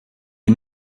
les